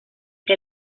que